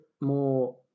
More